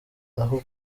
naho